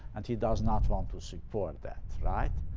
and he does not want to support that. right?